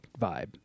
vibe